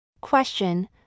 Question